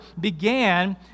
began